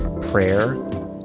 prayer